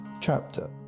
chapter